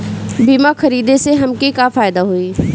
बीमा खरीदे से हमके का फायदा होई?